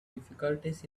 difficulties